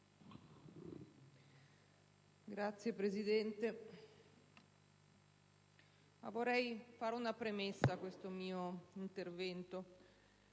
Signor Presidente, vorrei fare una premessa a questo mio intervento.